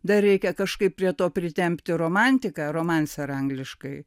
dar reikia kažkaip prie to pritempti romantiką romancer angliškai